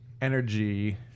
energy